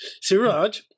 Siraj